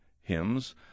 hymns